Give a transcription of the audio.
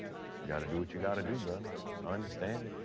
you gotta do what you gotta do, bro. i understand.